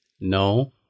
No